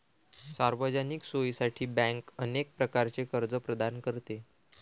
सार्वजनिक सोयीसाठी बँक अनेक प्रकारचे कर्ज प्रदान करते